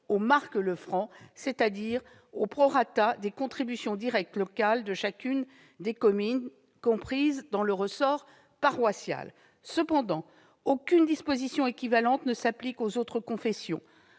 au marc le franc », c'est-à-dire au prorata des contributions directes locales de chacune des communes comprises dans le ressort paroissial. Cependant, aucune disposition équivalente ne s'appliquant aux autres confessions,